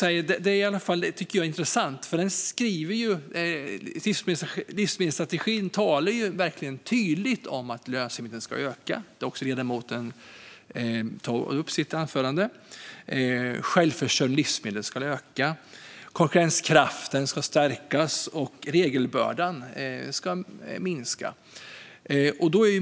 När det gäller målen är det intressant att det i livsmedelsstrategin är tydligt att lönsamheten ska öka. Det tog ledamoten också upp i sitt anförande. Självförsörjningen i fråga om livsmedel ska också öka. Konkurrenskraften ska stärkas, och regelbördan ska minska.